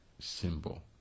symbol